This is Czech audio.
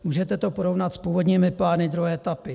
Můžete to porovnat s původními plány druhé etapy?